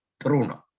truno